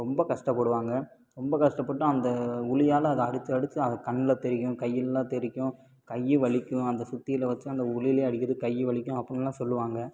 ரொம்ப கஷ்டப்படுவாங்க ரொம்ப கஷ்டப்பட்டு அந்த உளியால் அதை அடித்து அடித்து அது கண்ணில் தெறிக்கும் கையிலேலாம் தெறிக்கும் கை வலிக்கும் அந்த சுத்தியலை வச்சு அந்த உளியிலேயே அடிக்கிறது கை வலிக்கும் அப்புடின்லாம் சொல்வாங்க